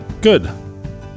Good